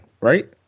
right